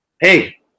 hey